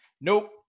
nope